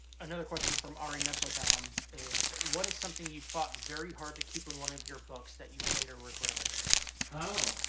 another question from ari nestlebaum is, what is something you've fought very hard to keep in one of your books that you later regretted? brandon oh!